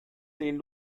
den